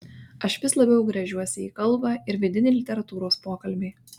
aš vis labiau gręžiuosi į kalbą ir vidinį literatūros pokalbį